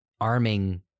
arming